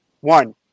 One